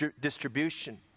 distribution